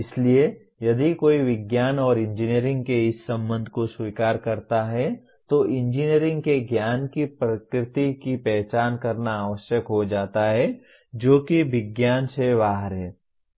इसलिए यदि कोई विज्ञान और इंजीनियरिंग के इस संबंध को स्वीकार करता है तो इंजीनियरिंग के ज्ञान की प्रकृति की पहचान करना आवश्यक हो जाता है जो कि विज्ञान से बाहर है